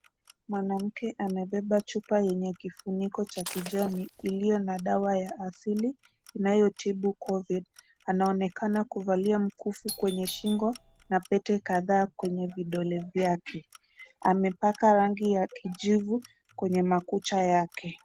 Mwanamke amebeba chupa yenye kifuniko cha kijani iliyo na dawa ya asili inayotibu covid .Anaonekana kuvalia mkufu kwenye shingo na pete kadhaa kwenye vidole vyake. Amepaka rangi ya kujibu kwenye makucha yake.